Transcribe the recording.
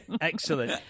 Excellent